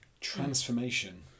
Transformation